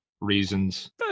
reasons